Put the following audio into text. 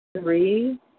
three